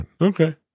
Okay